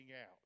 out